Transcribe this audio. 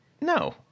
no